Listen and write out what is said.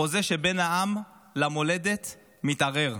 החוזה שבין העם למולדת מתערער.